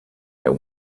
and